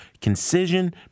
concision